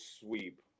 sweep